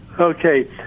Okay